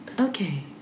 Okay